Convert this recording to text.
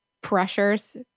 pressures